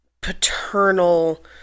paternal